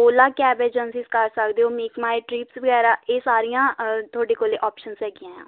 Ola cab agencies ਕਰ ਸਕਦੇ ਹੋ ਮੇਕ ਮਾਈ ਟਰਿਪਸ ਵਗੈਰਾ ਇਹ ਸਾਰੀਆਂ ਤੁਹਾਡੇ ਕੋਲੇ ਔਪਸ਼ਨ ਹੈਗੀਆਂ ਆ